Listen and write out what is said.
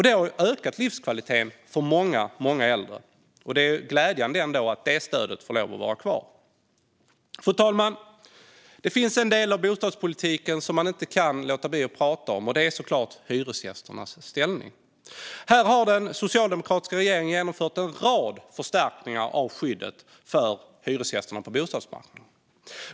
Det har ökat livskvaliteten för många äldre. Det är glädjande att det stödet får lov att vara kvar. Fru talman! Det finns en del av bostadspolitiken som man inte kan låta bli att prata om, och det är såklart hyresgästernas ställning. Den socialdemokratiska regeringen har genomfört en rad förstärkningar av skyddet för hyresgästerna på bostadsmarknaden.